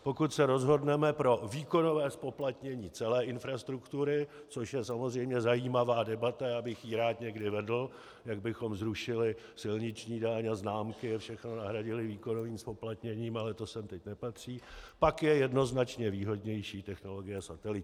Pokud se rozhodneme pro výkonové zpoplatnění celé infrastruktury, což je samozřejmě zajímavá debata a já bych ji rád někdy vedl, jak bychom zrušili silniční daň a známky a všechno nahradili výkonovým zpoplatněním, ale to sem teď nepatří, pak je jednoznačně výhodnější technologie satelitní.